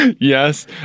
Yes